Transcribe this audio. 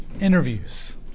interviews